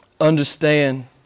understand